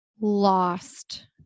lost